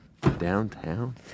Downtown